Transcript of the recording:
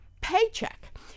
paycheck